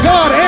God